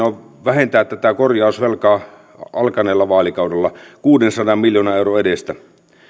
on vähentää tätä korjausvelkaa alkaneella vaalikaudella kuudensadan miljoonan euron edestä